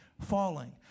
falling